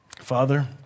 Father